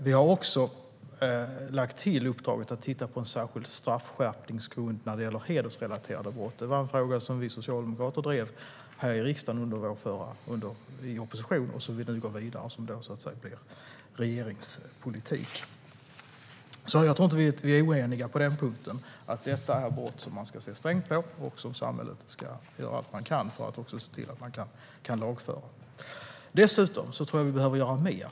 Vi har också lagt till uppdraget att titta på en särskild straffskärpningsgrund när det gäller hedersrelaterade brott. Det var en fråga som vi socialdemokrater drev här i riksdagen i opposition och som vi nu går vidare med och som blir regeringspolitik. Jag tror alltså inte att vi är oeniga på den punkten - att detta är brott som man ska se strängt på och som samhället ska göra allt man kan för att också lagföra. Dessutom tror jag att vi behöver göra mer.